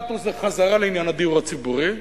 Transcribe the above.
אחד, זה חזרה לעניין הדיור הציבורי,